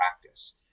practice